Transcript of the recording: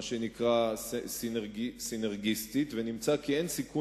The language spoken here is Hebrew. מה שנקרא "סינרגיסטית" ונמצא כי אין סיכוי